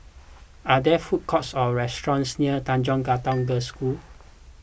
are there food courts or restaurants near Tanjong Katong Girls' School